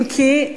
אם כי,